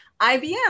IBM